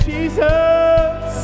Jesus